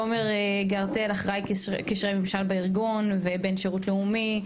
תומר גרטל אחראי קישרי ממשל בארגון ובן שירות לאומי,